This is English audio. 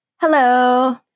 Hello